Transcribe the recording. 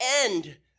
end